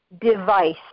device